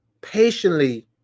Patiently